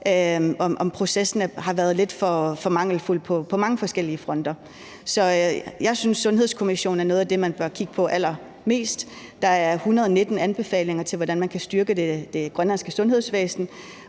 om processen her har været lidt for mangelfuld på mange forskellige fronter. Så jeg synes, at Sundhedskommissionen er en af de ting, man bør kigge allermest på. Der er 119 anbefalinger til, hvordan man kan styrke det grønlandske sundhedsvæsen,